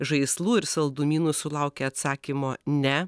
žaislų ir saldumynų sulaukia atsakymo ne